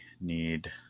need